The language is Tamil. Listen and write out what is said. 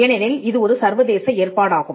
ஏனெனில் இது ஒரு சர்வதேச ஏற்பாடாகும்